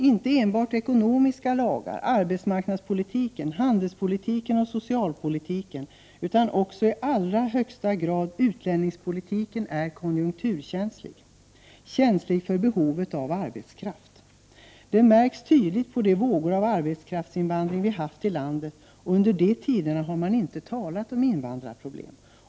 Inte enbart ekonomiska lagar, arbetsmarknadspolitiken, handelspolitiken och socialpolitiken utan också i allra högsta grad utlänningspolitiken är konjunkturkänsliga — känsliga när det gäller behovet av arbetskraft. Detta märks tydligt på de vågor av arbetskraftsinvandring till landet som har förekommit. Men då har man inte talat om ”invandrarproblem”.